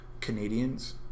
Canadians